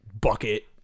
bucket